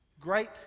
great